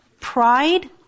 Pride